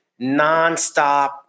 nonstop